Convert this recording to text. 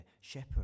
shepherd